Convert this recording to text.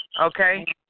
okay